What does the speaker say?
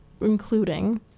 including